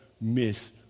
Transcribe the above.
miss